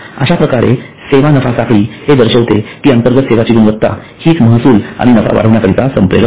अश्याप्रकारे सेवा नफा साखळी हे दर्शविते कि अंतर्गत सेवाची गुणवत्ता हीच महसूल आणि नफा वाढविण्याकरिता संप्रेरक आहे